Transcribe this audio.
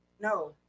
no